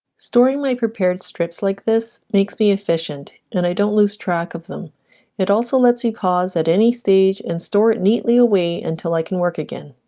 storing my prepared strips like this makes me efficient and i don't lose track of them it also lets me pause at any stage and store it neatly away until i can work again